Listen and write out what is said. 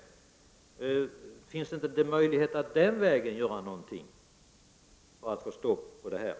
Finns det den vägen möjlighet att göra någonting för att få stopp på detta?